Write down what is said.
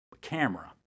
camera